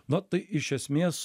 na tai iš esmės